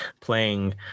playing